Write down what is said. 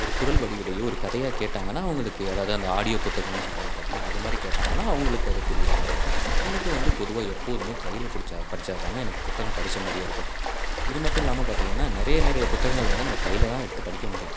ஒரு குரல் வடிவலையோ ஒரு கதையாக கேட்டாங்கன்னால் அவங்களுக்கு அதாவது அந்த ஆடியோ புத்தகங்ன்னு சொல்கிறாங்க பார்த்தீங்களா அது மாதிரி கேட்டாங்கன்னால் அவங்களுக்கு அது புரிகிற மாதிரி இருக்கும் எனக்கு வந்து பொதுவாக எப்போதுமே கையில் பிடிச்சா படித்தாதாங்க எனக்கு புத்தகம் படித்த மாதிரியே இருக்கும் இது மட்டும் இல்லாமல் பார்த்தீங்கன்னா நிறைய நிறைய புத்தகங்கள் வந்து நம்ம கையில்தான் எடுத்து படிக்க முடியும்